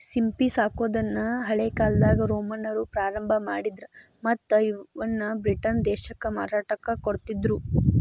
ಸಿಂಪಿ ಸಾಕೋದನ್ನ ಹಳೇಕಾಲ್ದಾಗ ರೋಮನ್ನರ ಪ್ರಾರಂಭ ಮಾಡಿದ್ರ ಮತ್ತ್ ಇವನ್ನ ಬ್ರಿಟನ್ ದೇಶಕ್ಕ ಮಾರಾಟಕ್ಕ ಕೊಡ್ತಿದ್ರು